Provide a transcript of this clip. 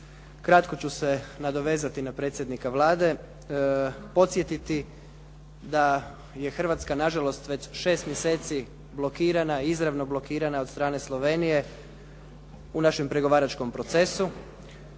Kratko ću se nadovezati na predsjednika Vlade, podsjetiti da je Hrvatska nažalost šest mjeseci blokirana, izravno blokirana od strane Slovenije u našem pregovaračkom procesu.